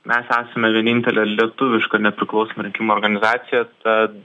mes esame vienintelė lietuviška nepriklausoma rinkimų organizacija tad